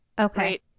Okay